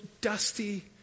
dusty